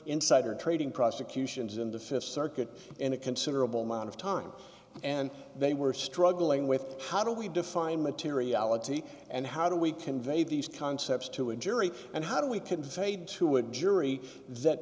insider trading prosecutions in the th circuit and a considerable amount of time and they were struggling with how do we define materiality and how do we convey these concepts to a jury and how do we conveyed to a jury that